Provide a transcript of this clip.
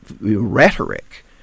rhetoric